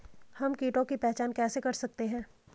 हम कीटों की पहचान कैसे कर सकते हैं?